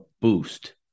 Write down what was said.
boost